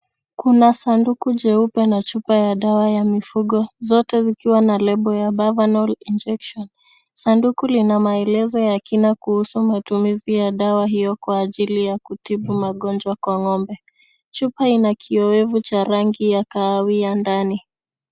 Kuna saduku jeupe na chupa ya dawa za mifugo, zote zikiwa na lebo ya Bavanon injection . Sanduku lina maelezo ya kina kuhusu matumizi ya dawa hiyo kwa ajili ya kutibu magonjwa kwa ng'ombe. Chupa ina kievu cha rangi ya kahawia ndani